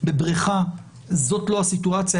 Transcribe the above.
בבריכה זאת לא הסיטואציה.